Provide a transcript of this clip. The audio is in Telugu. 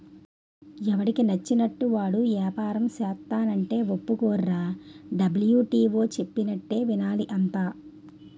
ఎవడికి నచ్చినట్లు వాడు ఏపారం సేస్తానంటే ఒప్పుకోర్రా డబ్ల్యు.టి.ఓ చెప్పినట్టే వినాలి అంతా